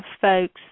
folks